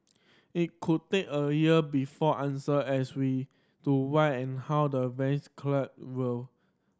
it could take a year before answer as we to why and how the once collided will